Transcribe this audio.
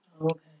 Okay